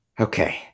Okay